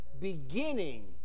beginning